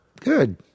good